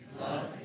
love